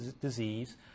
disease